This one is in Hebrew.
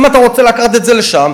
אם אתה רוצה לקחת את זה לשם,